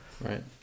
right